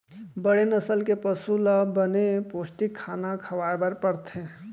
बड़े नसल के पसु ल बने पोस्टिक खाना खवाए बर परथे